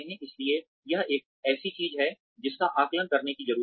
इसलिए यह एक ऐसी चीज है जिसका आकलन करने की जरूरत है